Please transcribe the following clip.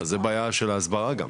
אז זה בעיה של ההסברה גם.